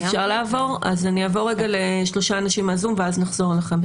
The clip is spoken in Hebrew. אני אעבור לשלושה אנשים מהזום ואז נחזור אליכם.